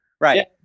Right